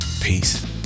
Peace